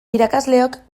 irakasleok